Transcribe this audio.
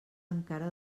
encara